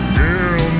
girl